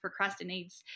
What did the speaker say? procrastinates